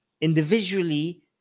individually